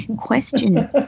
question